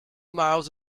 miles